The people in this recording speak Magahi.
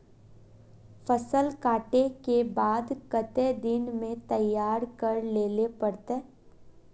फसल कांटे के बाद कते दिन में तैयारी कर लेले पड़ते?